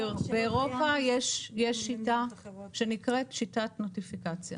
באירופה יש שיטה שנקראת שיטת נוטיפיקציה